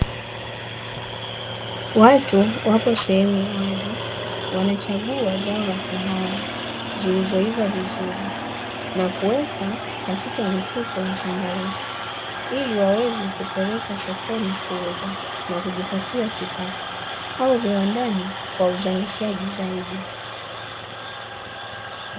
Watu wapo sehemu ya wazi wanachagua zao la kahawa zilizoiva vizuri na kuweka katika mifuko ya sandarusi, ili waweze kupeleka sokoni kuuza na kujipatia kipato au viwandani kwa uzalishaji zaidi.